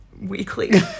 weekly